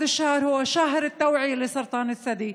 החודש הזה הוא חודש המודעות לסרטן השד.